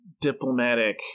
diplomatic